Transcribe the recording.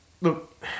Look